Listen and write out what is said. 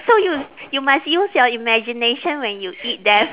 so you you must use your imagination when you eat them